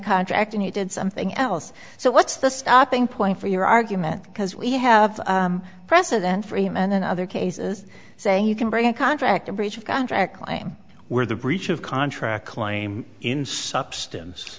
contract and he did something else so what's the stopping point for your argument because we have president freeman and other cases saying you can bring a contract a breach of contract claim where the breach of contract claim in substance